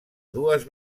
dues